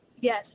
Yes